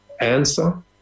Answer